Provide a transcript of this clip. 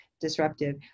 disruptive